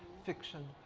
fiction.